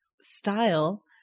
style